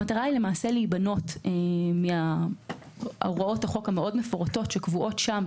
המטרה היא להיבנות מהוראות החוק המאוד מפורטות שקבועות שם,